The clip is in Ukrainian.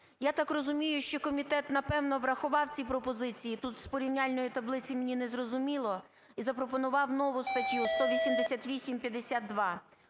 Я так розумію, що комітет, напевно, врахував ці пропозиції (тут з порівняльної таблиці мені не зрозуміло) і запропонував нову статтю – 188-52